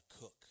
cook